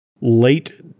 Late